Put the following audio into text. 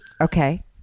Okay